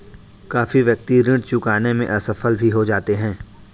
काफी व्यक्ति ऋण चुकाने में असफल भी हो जाते हैं